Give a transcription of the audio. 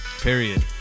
Period